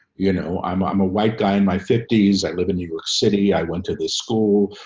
you know, i'm i'm a white guy in my fifties i live in new york city. i went to this school,